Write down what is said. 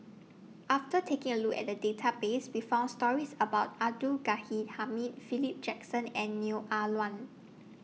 after taking A Look At The Database We found stories about Abdul Ghani Hamid Philip Jackson and Neo Ah Luan